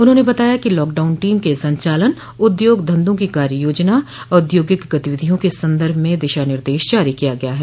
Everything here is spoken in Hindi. उन्होंने बताया कि लॉकडाउन टीम के संचालन उद्योग धन्धों की कार्य योजना औद्योगिक गतिविधियों के संदर्भ में दिशा निर्देश जारी किया गया है